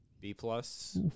B-plus